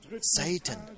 Satan